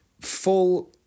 full